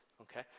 okay